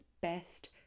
best